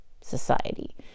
society